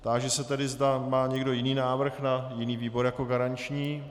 Táži se, zda má někdo jiný návrh na jiný výbor jako garanční.